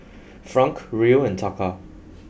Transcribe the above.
Franc Riel and Taka